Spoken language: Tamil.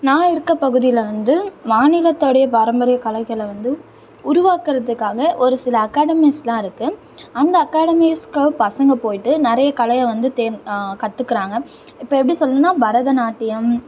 நான் இருக்கற பகுதியில் வந்து மாநிலத்தோடைய பாரம்பரிய கலைகளை வந்து உருவாக்கிறதுக்காக ஒரு சில அக்காடமிஸ்லாம் இருக்குது அந்த அக்காடமிஸ்க்கு பசங்க போயிட்டு நிறைய கலையை வந்து தேர்ந் கற்றுக்குறாங்க இப்போ எப்படி சொல்லணுன்னா பரதநாட்டியம்